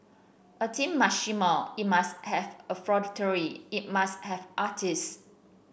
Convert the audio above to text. a team must shimmer it must have effrontery it must have artists